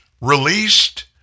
released